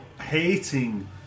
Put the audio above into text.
hating